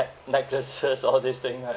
might might just search all this thing right